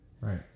Right